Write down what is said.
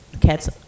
cats